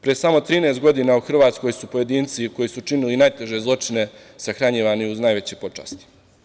Pre samo 13 godina u Hrvatskoj su pojedinci koji su činili najteže zločine sahranjivani uz najveće počasti.